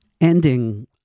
Ending